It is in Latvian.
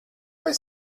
vai